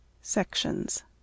Sections